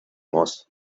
muss